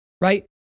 right